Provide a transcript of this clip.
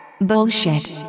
Bullshit